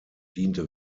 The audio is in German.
diente